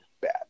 bad